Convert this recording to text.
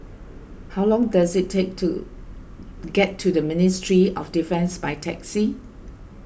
how long does it take to get to the Ministry of Defence by taxi